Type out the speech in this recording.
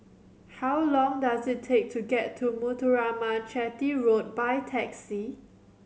how long does it take to get to Muthuraman Chetty Road by taxi